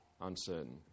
uncertain